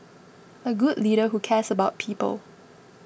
a good leader who cares about people